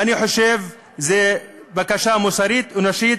ואני חושב שזאת בקשה מוסרית אנושית,